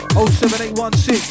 07816